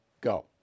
Go